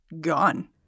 gone